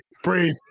breathe